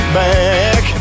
back